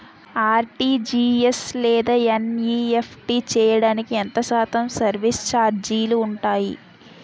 RTGS లేదా NEFT చేయడానికి ఎంత శాతం సర్విస్ ఛార్జీలు ఉంటాయి?